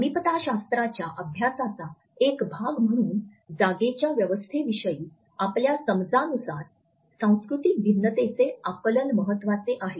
समीपताशास्त्राच्या अभ्यासाचा एक भाग म्हणून जागेच्या व्यवस्थेविषयी आपल्या समजानुसार सांस्कृतिक भिन्नतेचे आकलन महत्वाचे आहे